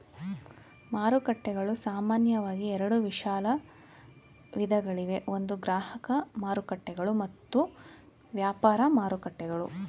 ಮಾರುಕಟ್ಟೆಗಳು ಸಾಮಾನ್ಯವಾಗಿ ಎರಡು ವಿಶಾಲ ವಿಧಗಳಿವೆ ಒಂದು ಗ್ರಾಹಕ ಮಾರುಕಟ್ಟೆಗಳು ಮತ್ತು ವ್ಯಾಪಾರ ಮಾರುಕಟ್ಟೆಗಳು